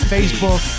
Facebook